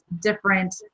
different